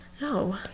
no